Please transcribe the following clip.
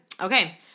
Okay